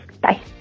bye